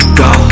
go